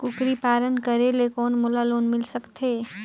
कूकरी पालन करे कौन मोला लोन मिल सकथे?